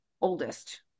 oldest